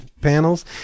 panels